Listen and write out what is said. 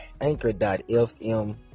Anchor.fm